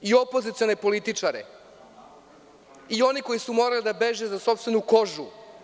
I opozicione političare i oni koji su morali da beže za sopstvenu kožu.